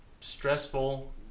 stressful